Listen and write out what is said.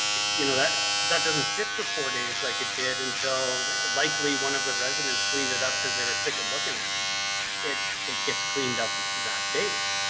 you know that that doesn't sit for four days like it did until likely one of the residents cleaned it up cause they were sick of looking at it. it it gets cleaned up that day.